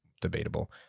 Debatable